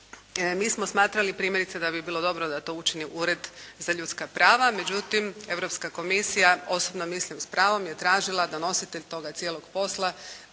Mi smo smatrali primjerice da bi bilo dobro da to učini Ured za ljudska prava, međutim Europska komisija osobno mislim s pravom, je tražila da nositelj toga cijelog posla